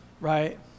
right